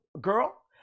girl